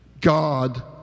God